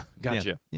Gotcha